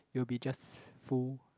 you'll be just full